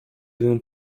jeden